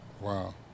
Wow